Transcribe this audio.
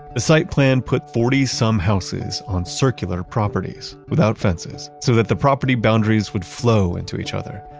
the site plan put forty some houses on circular properties without fences so that the property boundaries would flow into each other.